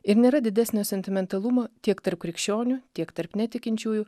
ir nėra didesnio sentimentalumo tiek tarp krikščionių tiek tarp netikinčiųjų